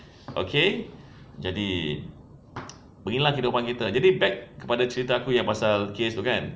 okay jadi begini lah kehidupan kita jadi back kepada cerita aku yang pasal case tu kan